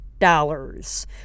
dollars